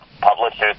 publishers